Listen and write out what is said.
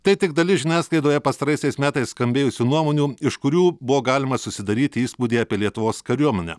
tai tik dalis žiniasklaidoje pastaraisiais metais skambėjusių nuomonių iš kurių buvo galima susidaryti įspūdį apie lietuvos kariuomenę